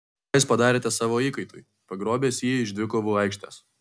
ką jūs padarėte savo įkaitui pagrobęs jį iš dvikovų aikštės